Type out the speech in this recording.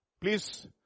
Please